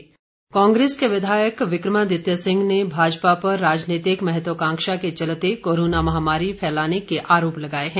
विक्रमादित्य कांग्रेस के विधायक विक्रमादित्य सिंह ने भाजपा पर राजनीतिक महत्वकांक्षा के चलते कोरोना महामारी फैलाने के आरोप लगाए हैं